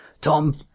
tom